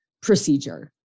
procedure